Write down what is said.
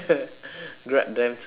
grab them today